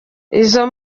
izo